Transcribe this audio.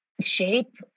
shape